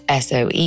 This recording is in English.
SOE